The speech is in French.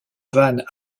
vannes